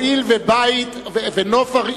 אני רוצה לומר לך: הואיל ובית בנוף-הרים,